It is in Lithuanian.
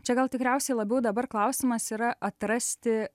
čia gal tikriausiai labiau dabar klausimas yra atrasti